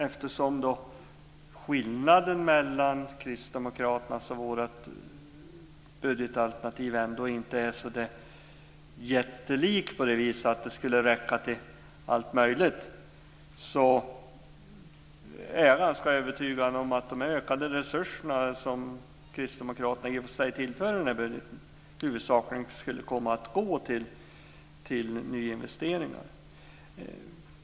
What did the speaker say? Eftersom skillnaden mellan Kristdemokraternas och vårt budgetalternativ inte är så där jättelik på så vis att det skulle räcka till allt möjligt är jag ganska övertygad om att de ökade resurser som Kristdemokraterna i och för sig tillför budgeten huvudsakligen skulle komma att gå till nyinvesteringar.